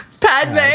Padme